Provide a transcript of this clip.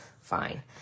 fine